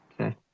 Okay